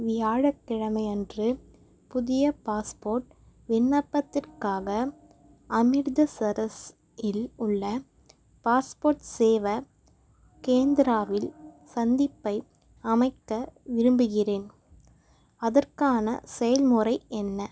வியாழக்கிழமை அன்று புதிய பாஸ்போர்ட் விண்ணப்பத்திற்காக அமிர்தசரஸ்யில் உள்ள பாஸ்போர்ட் சேவா கேந்திராவில் சந்திப்பை அமைக்க விரும்புகிறேன் அதற்கான செயல்முறை என்ன